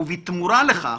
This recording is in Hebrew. ובתמורה לכך